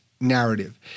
narrative